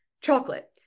chocolate